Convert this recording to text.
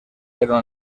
era